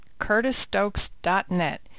curtisstokes.net